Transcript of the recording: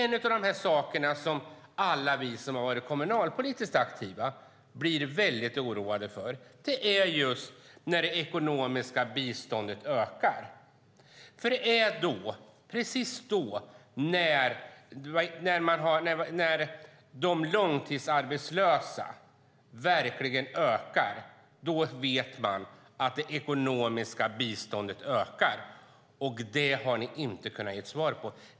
Något som gör oss som har varit kommunalpolitiskt aktiva oroliga är när det ekonomiska biståndet ökar. När antalet långtidsarbetslösa ökar vet man att det ekonomiska biståndet ökar. Det har ni inte kunnat svara på.